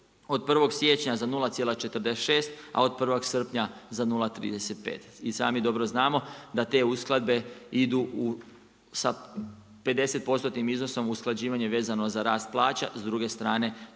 od 1. siječnja za 0,46 a od 1. srpnja za 0,35. I sami dobro znamo da te uskladbe idu sa 50%-tnim iznosom usklađivanje vezano za rast plaća. S druge strane